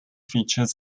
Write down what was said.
features